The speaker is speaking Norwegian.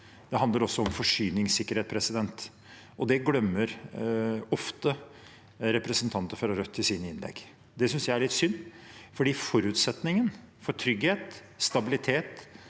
Det handler også om forsyningssikkerhet. Det glemmer representanter fra Rødt ofte i sine innlegg. Det synes jeg er litt synd. Forutsetningen for trygghet, stabilitet